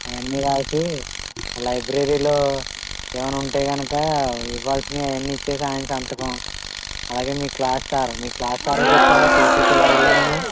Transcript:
అవన్నీ రాసి ఆ లైబ్రరీలో ఏమైనా ఉంటే కనుక ఇవ్వాల్సినవి అవన్నీ ఇచ్చి ఆయన సంతకం అలాగే మీ క్లాస్ సార్ మీ క్లాస్ సార్కి చెప్పావా టీసీకి ఇలా వెళ్ళానని